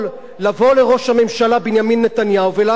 בנימין נתניהו ולהגיד לו: יישר כוח,